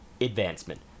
advancement